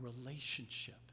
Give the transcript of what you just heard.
relationship